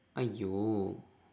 !aiyo!